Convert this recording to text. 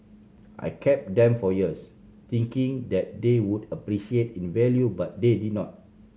I kept them for years thinking that they would appreciate in value but they did not